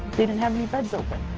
they didn't have any beds open.